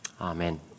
Amen